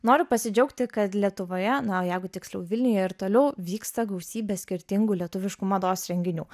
noriu pasidžiaugti kad lietuvoje na o jeigu tiksliau vilniuje ir toliau vyksta gausybė skirtingų lietuviškų mados renginių